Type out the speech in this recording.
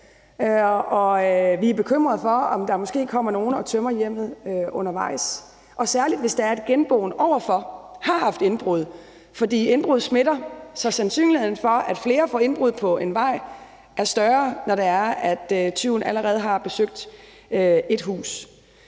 vi er bekymret for, om der måske kommer nogen og tømmer hjemmet imens – særlig, hvis genboen overfor har haft indbrud, for indbrud smitter, så sandsynligheden for, at flere på en vej får indbrud er større, når det er, at tyven allerede har besøgt ét hus.